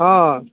ହଁ